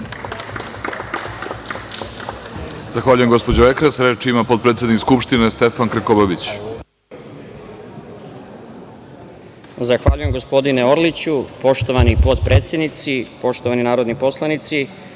Zahvaljujem, gospodine Orliću. Poštovani potpredsednici, poštovani narodni poslanici,